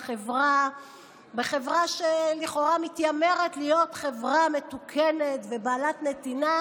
בחברה שלכאורה מתיימרת להיות חברה מתוקנת ובעלת נתינה,